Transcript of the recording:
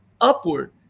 upward